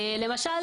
למשל,